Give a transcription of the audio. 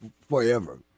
forever